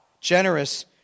Generous